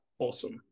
Awesome